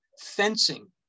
fencing